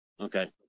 Okay